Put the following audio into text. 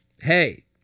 Hey